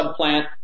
subplant